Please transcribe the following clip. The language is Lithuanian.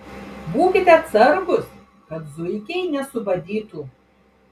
būkite atsargūs kad zuikiai nesubadytų